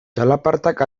txalapartak